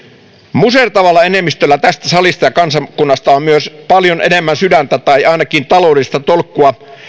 musertavalla enemmistöllä tästä salista ja kansakunnasta on myös paljon enemmän sydäntä tai ainakin taloudellista tolkkua